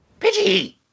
Pidgey